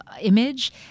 image